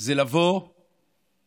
זה להגיד